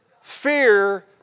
fear